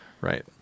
Right